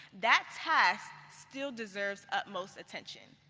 that task still deserves utmost attention.